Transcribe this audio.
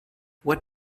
what